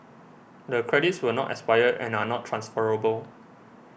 the credits will not expire and are not transferable